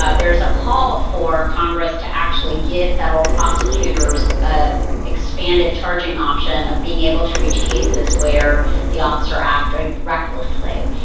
ah there is a call for congress to actually give federal prosecutors a expanded charging option of being able to reach cases where the officer acted recklessly.